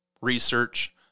research